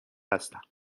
هستند